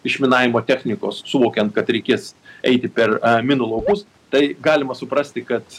išminavimo technikos suvokiant kad reikės eiti per minų laukus tai galima suprasti kad